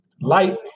Light